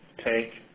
tank.